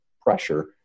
pressure